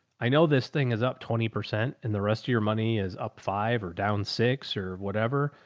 i know this thing is up twenty percent and the rest of your money is up five or down six or whatever,